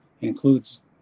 includes